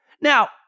Now